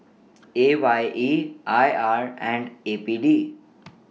A Y E I R and A P D